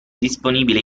disponibile